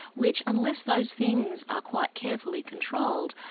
which unless those things are quite carefully controlled,